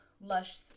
lush